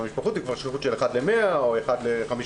במשפחות זה כבר שכיחות של אחד ל-100 או אחד ל-50,